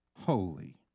holy